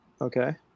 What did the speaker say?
Okay